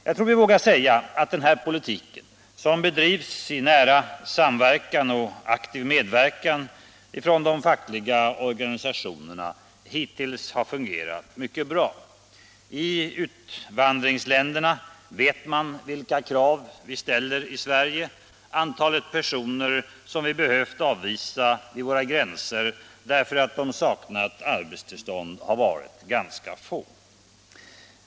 Jag tror vi vågar säga att den här politiken, som bedrivs i nära samverkan med och under aktiv medverkan av de fackliga organisationerna, hittills har fungerat mycket bra. I utvandringsländerna vet man vilka krav vi ställer. Antalet personer som vi har behövt avvisa vid våra gränser därför att de saknat arbetstillstånd har varit ganska litet.